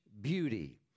beauty